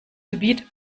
gebiet